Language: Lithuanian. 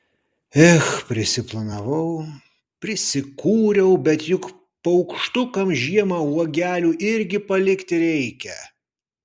ech prisiplanavau prisikūriau bet juk paukštukams žiemą uogelių irgi palikti reikia